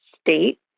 state